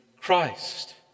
Christ